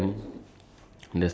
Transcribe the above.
not not drive